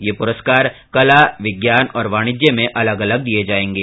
ये पुरस्कार कला विज्ञान और वाणिज्य में अलग अलग दिये जायेंगे